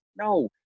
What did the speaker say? No